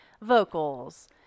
vocals